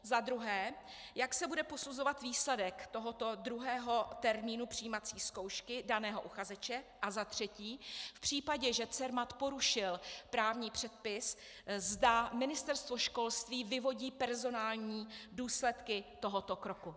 Za druhé, jak se bude posuzovat výsledek tohoto druhého termínu přijímací zkoušky daného uchazeče a za třetí, v případě, že Cermat porušil právní předpis, zda Ministerstvo školství vyvodí personální důsledky tohoto kroku.